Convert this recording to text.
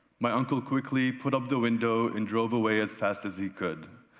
my uncle quickly put up the window and drove away as fast as he could,